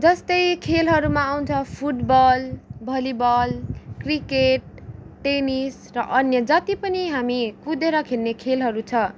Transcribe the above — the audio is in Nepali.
जस्तै खेलहरूमा आउँछ फुटबल भलिबल क्रिकेट टेनिस र अन्य जति पनि हामी कुदेर खेल्ने खेलहरू छ